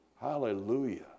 Hallelujah